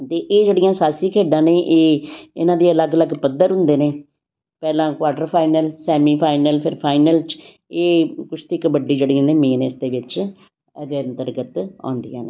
ਅਤੇ ਇਹ ਜਿਹੜੀਆਂ ਸਾਹਸੀ ਖੇਡਾਂ ਨੇ ਇਹ ਇਹਨਾਂ ਦੇ ਅਲੱਗ ਅਲੱਗ ਪੱਧਰ ਹੁੰਦੇ ਨੇ ਪਹਿਲਾਂ ਕੁਆਟਰਫਾਈਨਲ ਸੈਮੀਫਾਈਨਲ ਫਿਰ ਫਾਈਨਲ 'ਚ ਇਹ ਕੁਸ਼ਤੀ ਕਬੱਡੀ ਜਿਹੜੀਆਂ ਨੇ ਮੇਨ ਇਸ ਦੇ ਵਿੱਚ ਇਹਦੇ ਅੰਦਰਗਤ ਆਉਂਦੀਆਂ ਨੇ